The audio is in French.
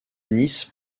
nice